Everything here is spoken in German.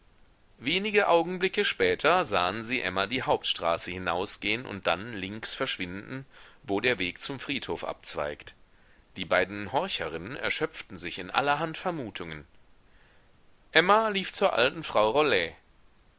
wenige augenblicke später sahen sie emma die hauptstraße hinausgehen und dann links verschwinden wo der weg zum friedhof abzweigt die beiden horcherinnen erschöpften sich in allerhand vermutungen emma lief zur alten frau rollet